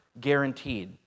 guaranteed